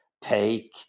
take